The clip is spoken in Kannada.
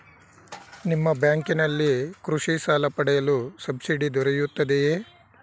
ನಿಮ್ಮ ಬ್ಯಾಂಕಿನಲ್ಲಿ ಕೃಷಿ ಸಾಲ ಪಡೆಯಲು ಸಬ್ಸಿಡಿ ದೊರೆಯುತ್ತದೆಯೇ?